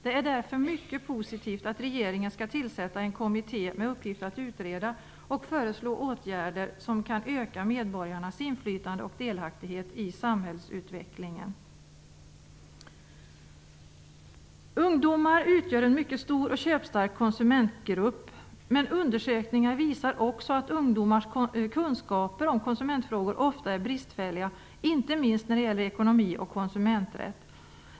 Det är därför mycket positivt att regeringen skall tillsätta en kommitté med uppgift att utreda och föreslå åtgärder som kan öka medborgarnas inflytande och delaktighet i samhällsutvecklingen. Ungdomar utgör en mycket stor och köpstark konsumentgrupp. Men undersökningar visar också att ungdomars kunskaper om konsumentfrågor ofta är bristfälliga, inte minst när det gäller ekonomi och konsumenträtt.